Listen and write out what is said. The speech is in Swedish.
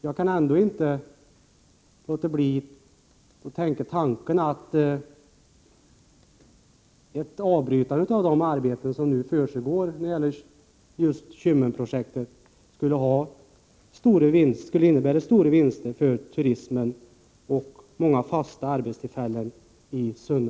Jag kan inte låta bli att tänka tanken att ett avbrytande av de arbeten som nu pågår i samband med just Kymmenprojektet skulle innebära stora vinster för turismen och många fasta arbetstillfällen i Sunne.